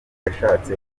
yashatse